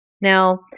Now